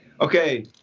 okay